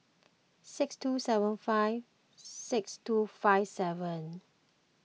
six two seven five six two five seven